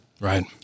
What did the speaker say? right